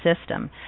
system